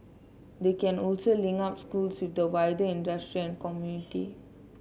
they can also link up schools with the wider industry and community